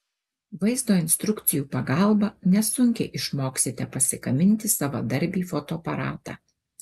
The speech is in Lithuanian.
vaizdo instrukcijų pagalba nesunkiai išmoksite pasigaminti savadarbį fotoaparatą